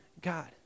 God